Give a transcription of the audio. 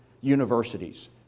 universities